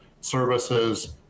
services